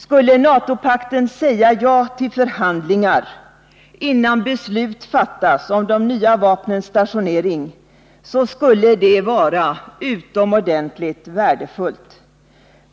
Skulle NATO-pakten säga ja till förhandlingar innan beslut fattas om de nya vapnens stationering, så skulle det vara utomordentligt värdefullt.